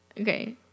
Okay